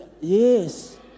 Yes